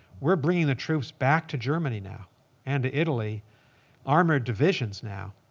we're bringing the troops back to germany now and to italy armored divisions now,